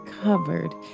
covered